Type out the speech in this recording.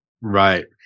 Right